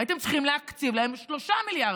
הייתם צריכים להקציב להם 3 מיליארד,